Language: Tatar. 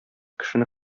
кешене